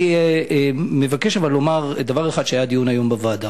אני מבקש לומר דבר אחד שהיה היום בדיון בוועדה,